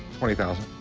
twenty thousand